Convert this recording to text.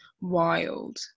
wild